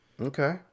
Okay